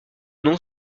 non